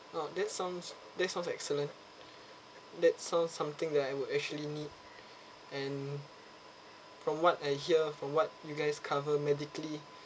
oh that sounds that sounds excellent that sounds something that I would actually need and from what I hear from what you guys cover medically